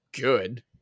good